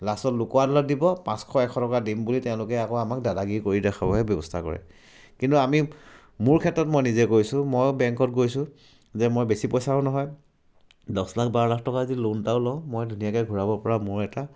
লাষ্টত লোকআদালতত দিব পাঁচশ এশ টকা দিম বুলি তেওঁলোকে আকৌ আমাক দাদাগীৰি কৰি দেখাবহে ব্যৱস্থা কৰে কিন্তু আমি মোৰ ক্ষেত্ৰত মই নিজে কৈছোঁ ময়ো বেংকত গৈছোঁ যে মই বেছি পইচাও নহয় দছ লাখ বাৰ লাখ টকা যি লোন এটাও লওঁ মই ধুনীয়াকৈ ঘূৰাবপৰা মোৰ এটা